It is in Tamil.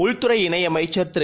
உள்துறைஇணைஅமைச்சர்திரு